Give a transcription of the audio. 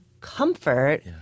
comfort